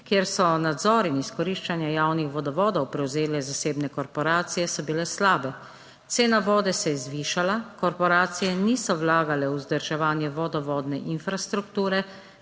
kjer so nadzor in izkoriščanje javnih vodovodov prevzele zasebne korporacije, so bile slabe. Cena vode se je zvišala, korporacije niso vlagale v vzdrževanje vodovodne infrastrukture,